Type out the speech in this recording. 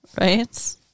Right